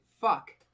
fuck